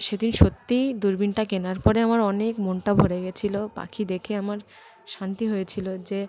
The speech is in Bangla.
সেদিন সত্যিই দূরবীনটা কেনার পরে আমার অনেক মনটা ভরে গিয়েছিল পাখি দেখে আমার শান্তি হয়েছিল যে